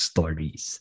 Stories